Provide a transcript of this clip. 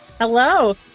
hello